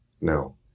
No